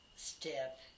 step